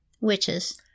Witches